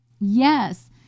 Yes